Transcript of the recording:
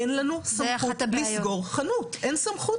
אין לנו סמכות לסגור חנות, אין סמכות כזו.